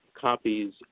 copies